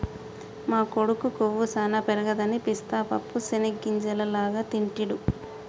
మా కొడుకు కొవ్వు సానా పెరగదని పిస్తా పప్పు చేనిగ్గింజల లాగా తింటిడు